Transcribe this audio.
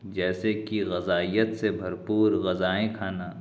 جیسے کہ غذائیت سے بھر پور غذائیں کھانا